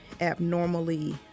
abnormally